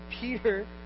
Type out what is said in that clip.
Peter